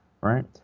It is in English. right